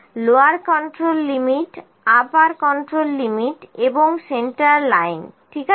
lower control limit upper control limit এবং centre line ঠিক আছে